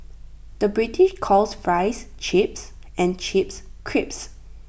the British calls Fries Chips and Chips Crisps